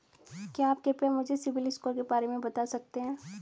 क्या आप कृपया मुझे सिबिल स्कोर के बारे में बता सकते हैं?